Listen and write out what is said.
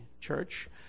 church